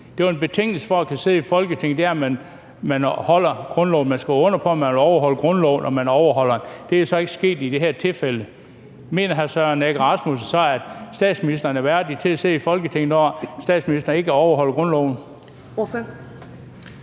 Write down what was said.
at man vil overholde grundloven, men det med at overholde den er så ikke sket i det her tilfælde. Mener hr. Søren Egge Rasmussen så, at statsministeren er værdig til at sidde i Folketinget, når statsministeren ikke overholder grundloven?